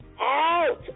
Out